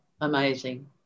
amazing